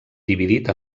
dividit